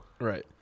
Right